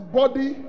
body